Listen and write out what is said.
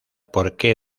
porque